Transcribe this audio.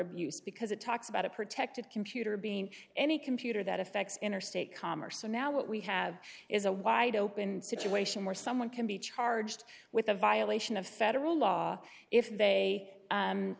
abuse because it talks about a protected computer being any computer that affects interstate commerce so now what we have is a wide open situation where someone can be charged with a violation of federal law if they